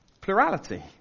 plurality